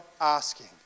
asking